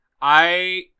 I-